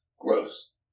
Gross